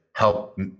help